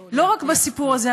לא רק בסיפור הזה,